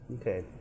Okay